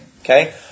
okay